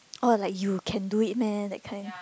oh like you can do it meh that kind